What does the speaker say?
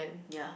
ya